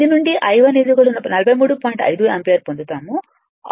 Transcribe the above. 5 ampere పొందుతాము